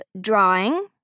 drawing